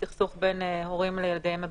סכסוך בין הורים לילדיהם הבגירים,